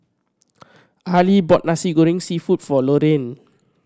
Arely bought Nasi Goreng Seafood for Loraine